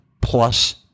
plus